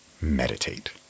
meditate